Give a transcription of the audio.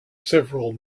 several